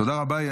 תודה רבה.